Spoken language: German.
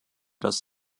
das